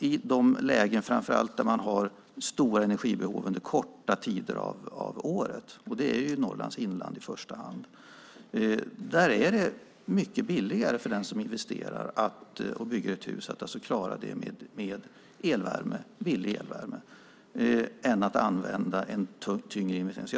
I de lägen där man har stora energibehov under korta tider av året - det är ju i första hand i Norrlands inland - är det mycket billigare för den som investerar och bygger ett hus att klara det med billig elvärme än att använda en tyngre investering.